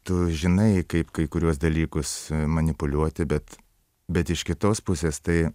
tu žinai kaip kai kuriuos dalykus manipuliuoti bet bet iš kitos pusės tai